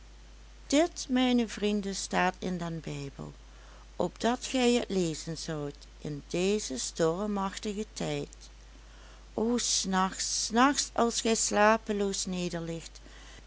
dit mijne vrienden staat in den bijbel opdat gij het lezen zoudt in dezen stormachtigen tijd o s nachts s nachts als gij slapeloos nederligt